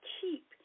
keep